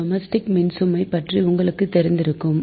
இந்த டொமெஸ்டிக் மின்சுமை பற்றி உங்களுக்கு தெரிந்திருக்கும்